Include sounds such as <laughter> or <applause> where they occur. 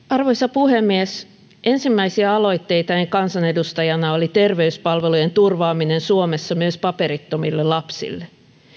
<unintelligible> arvoisa puhemies ensimmäisiä aloitteitani kansanedustajana oli terveyspalvelujen turvaaminen suomessa myös paperittomille lapsille